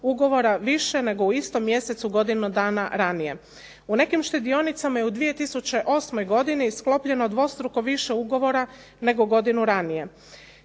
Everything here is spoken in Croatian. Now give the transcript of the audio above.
ugovora više nego u istom mjesecu godinu dana ranije. U nekim je štedionicama u 2008. godini sklopljeno dvostruko više ugovora nego godinu ranije.